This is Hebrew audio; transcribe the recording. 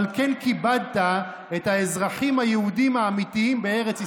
אבל כן כיבדת את האזרחים היהודים האמיתיים בארץ ישראל,